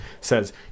says